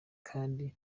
kandi